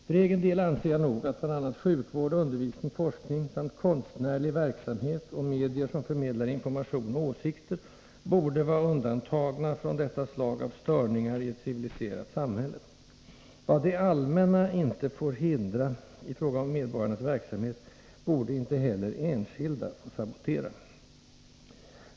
För egen del anser jag att bl.a. sjukvård, undervisning och forskning samt konstnärlig verksamhet och medier, som förmedlar information och åsikter, borde vara undantagna från detta slag av störningar i ett civiliserat samhälle. Vad det allmänna inte får hindra i fråga om medborgarnas verksamhet borde inte heller enskilda få sabotera.